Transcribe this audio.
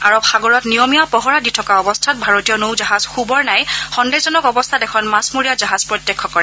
আৰৱ সাগৰত নিয়মীয়া পহৰা দি থকা অৱস্থাত ভাৰতীয় নৌ জাহাজ সুবৰ্ণহি সন্দেহজনক অৱস্থাত এখন মাছমৰীয়া জাহাজ প্ৰত্যক্ষ কৰে